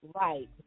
right